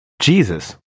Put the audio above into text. Jesus